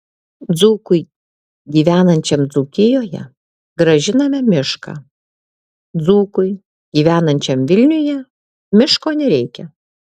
dzūkui gyvenančiam dzūkijoje grąžiname mišką dzūkui gyvenančiam vilniuje miško nereikia